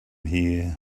here